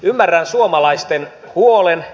ymmärrän suomalaisten huolen